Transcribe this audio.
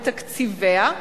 בתקציביה,